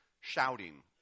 shouting